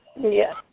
Yes